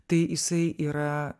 tai jisai yra